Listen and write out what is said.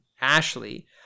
Ashley